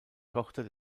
tochter